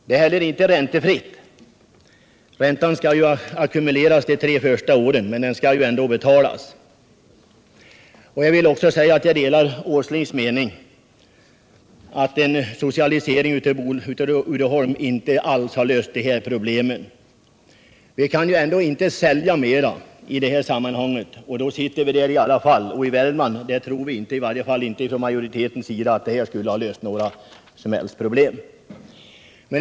Lånet är inte heller räntefritt; räntan skall ackumuleras de tre första åren men skall ändå betalas. Jag delar Nils Åslings mening att en socialisering av Uddeholm inte hade löst problemen; vi kan inte sälja mer, och effektiviteten blir inte bättre och då sitter vi där i alla fall. I Värmland tror vi inte att en socialisering skulle lösa några problem.